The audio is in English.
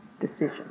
decision